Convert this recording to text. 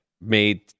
made